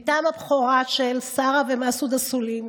בתם הבכורה של שרה ומסעוד אסולין,